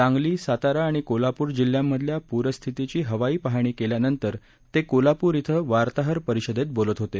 सांगली सातारा आणि कोल्हापूर जिल्ह्यांमधल्या पूरस्थितीची हवाई पाहणी केल्यानंतर ते कोल्हापूर इथं वार्ताहर परिषदेत बोलत होते